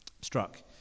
Struck